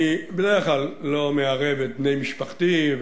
אני בדרך כלל לא מערב את בני משפחתי,